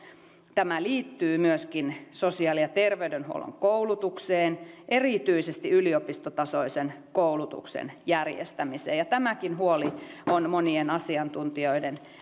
tämä liittyy myöskin sosiaali ja terveydenhuollon koulutukseen erityisesti yliopistotasoisen koulutuksen järjestämiseen ja tämäkin huoli on monien asiantuntijoiden